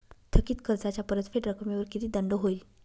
थकीत कर्जाच्या परतफेड रकमेवर किती दंड होईल?